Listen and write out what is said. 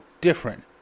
different